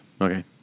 Okay